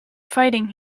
fighting